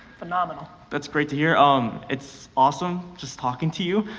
phenomenal. that's great to hear. um it's awesome just talking to you.